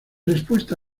respuesta